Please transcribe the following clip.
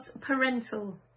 parental